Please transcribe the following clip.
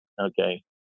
Okay